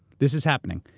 this is happening.